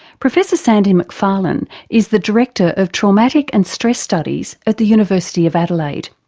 professor sandy mcfarlane is the director of traumatic and stress studies at the university of adelaide.